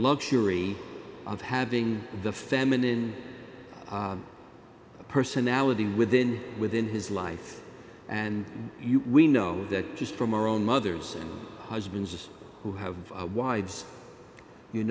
luxury of having the feminine personality within within his life and we know that just from our own mothers husbands who have wives you